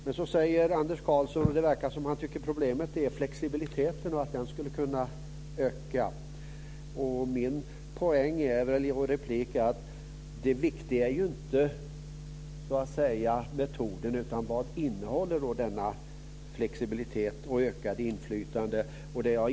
Det verkar som att Anders Karlsson tycker att problemet är flexibiliteten, och att den skulle kunna öka. Min poäng i repliken är att det viktiga inte är metoden, utan vad flexibiliteten och det ökade inflytandet innebär.